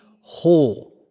whole